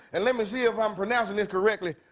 and um see if i'm pronouncing this correctly.